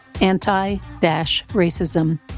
anti-racism